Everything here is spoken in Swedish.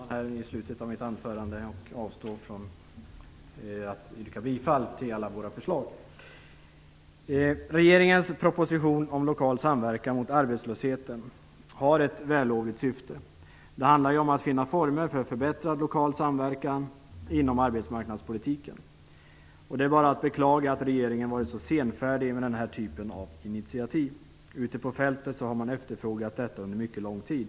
Fru talman! Då skall jag också bönhöra fru talman och avstå från att yrka bifall till alla våra förslag. Regeringens proposition om lokal samverkan mot arbetslösheten har ett vällovligt syfte. Det handlar ju om att finna former för en förbättrad lokal samverkan inom arbetsmarknadspolitiken. Det är bara att beklaga att regeringen har varit så senfärdig med den här typen av initiativ. Ute på fältet har man efterfrågat detta under mycket lång tid.